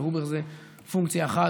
אבל "אובר" זה פונקציה אחת.